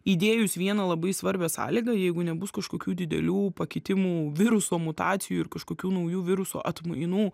įdėjus vieną labai svarbią sąlygą jeigu nebus kažkokių didelių pakitimų viruso mutacijų ir kažkokių naujų viruso atmainų